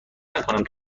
نکنم